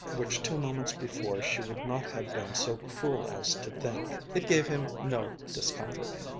which two moments before she would not have been so cruel as to think. it gave him no discomfort.